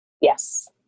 Yes